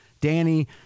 Danny